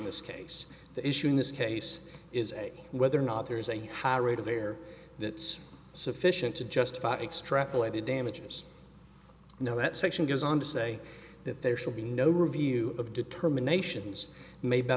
this case the issue in this case is a whether or not there is a high rate of air that's sufficient to justify extrapolated damages no that section goes on to say that there should be no review of determinations made by